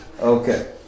Okay